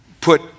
put